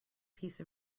piece